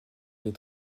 les